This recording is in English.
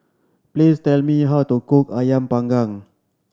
please tell me how to cook Ayam Panggang